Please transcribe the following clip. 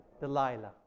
Delilah